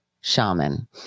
shaman